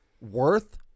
worth